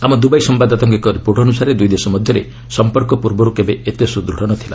ଆମ ଦୁବାଇ ସମ୍ଭାଦଦାତାଙ୍କ ଏକ ରିପୋର୍ଟ ଅନୁସାରେ ଦୁଇ ଦେଶ ମଧ୍ୟରେ ସମ୍ପର୍କ ପୂର୍ବରୁ କେବେ ଏତେ ସୁଦୂଢ଼ ନଥିଲା